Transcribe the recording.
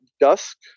dusk